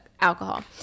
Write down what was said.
alcohol